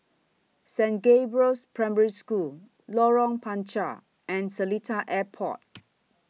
Saint Gabriel's Primary School Lorong Panchar and Seletar Airport